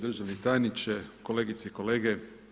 Državni tajniče, kolegice i kolege.